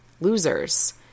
losers